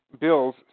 bills